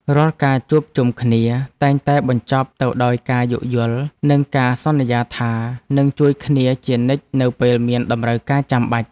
រាល់ការជួបជុំគ្នាតែងតែបញ្ចប់ទៅដោយការយោគយល់ និងការសន្យាថានឹងជួយគ្នាជានិច្ចនៅពេលមានតម្រូវការចាំបាច់។